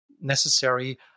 necessary